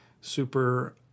super